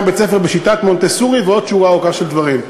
בית-ספר בשיטת מונטסורי ועוד שורה ארוכה של דברים.